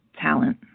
talent